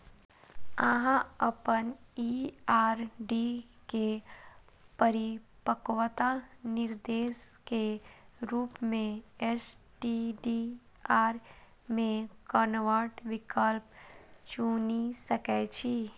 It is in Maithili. अहां अपन ई आर.डी के परिपक्वता निर्देश के रूप मे एस.टी.डी.आर मे कन्वर्ट विकल्प चुनि सकै छी